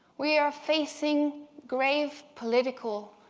we are facing grave political,